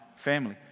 family